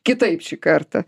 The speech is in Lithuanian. kitaip šį kartą